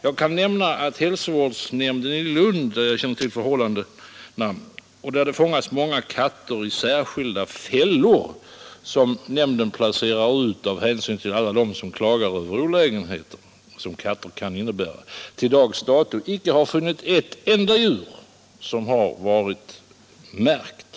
Jag kan nämna att hälsovårdsnämnden i Lund, där jag känner till förhållandena och där det fångas många katter i de särskilda fällor, som nämnden placerar ut av hänsyn till alla dem som klagar över de olägenheter som katter kan innebära, till dags dato inte funnit ett enda djur som varit märkt.